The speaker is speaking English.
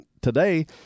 today